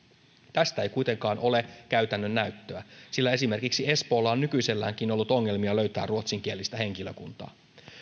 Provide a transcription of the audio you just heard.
tästä ei kuitenkaan ole käytännön näyttöä sillä esimerkiksi espoolla on nykyiselläänkin ollut ongelmia löytää ruotsinkielistä henkilökuntaa